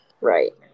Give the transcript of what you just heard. right